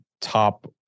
top